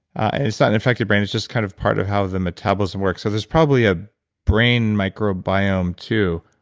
and it's not an infected brain, it's just kind of part of how the metabolism works so there's probably a brain microbiome too.